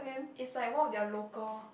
is like one of their local